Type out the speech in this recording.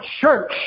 church